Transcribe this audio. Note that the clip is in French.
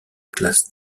classe